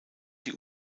die